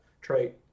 trait